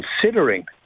considering